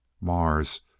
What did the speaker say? Mars